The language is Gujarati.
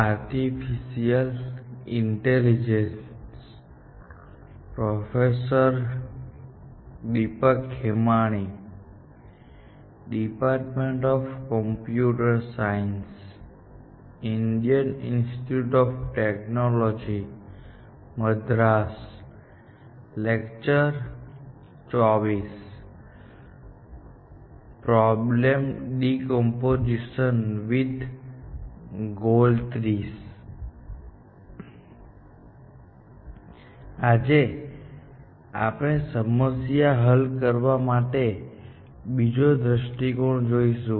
આજે આપણે સમસ્યા હલ કરવા માટે બીજો દ્રષ્ટિકોણ જોઈશું